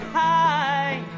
high